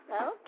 Okay